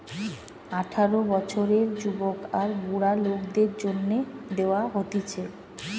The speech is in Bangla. আঠারো বছরের যুবক আর বুড়া লোকদের জন্যে দেওয়া হতিছে